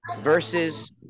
versus